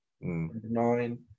nine